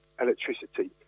electricity